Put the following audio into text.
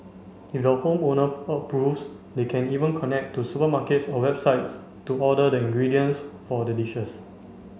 if the home owner approves they can even connect to supermarkets or websites to order the ingredients for the dishes